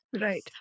Right